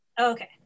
okay